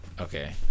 Okay